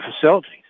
facilities